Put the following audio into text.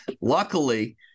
Luckily